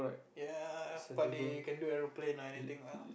ya but they can do aeroplane or anything lah